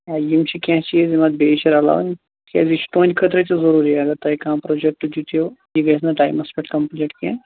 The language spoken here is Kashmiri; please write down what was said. آ یِم چھِ کیٚنٛہہ چیٖز یِم اتھ بیٚیہِ چھِ رلاوِٕنۍ کیٛازِ یہِ چھُ تُہٕنٛدِ خٲطرٕ تہِ ضرٗوری اَگر تۅہہِ کانٛہہ پرٛوجیکٹ دِژیٚو یہِ گژھِ نہٕ ٹایمَس پیٚٹھ کمپٕلیٖٹ کیٚنٛہہ